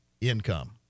income